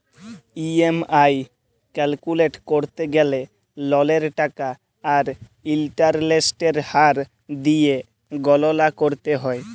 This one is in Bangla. ই.এম.আই ক্যালকুলেট ক্যরতে গ্যালে ললের টাকা আর ইলটারেস্টের হার দিঁয়ে গললা ক্যরতে হ্যয়